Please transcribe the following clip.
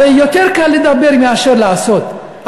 הרי יותר קל לדבר מאשר לעשות.